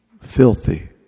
filthy